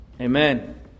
Amen